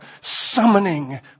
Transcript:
summoning